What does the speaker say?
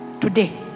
today